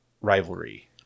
rivalry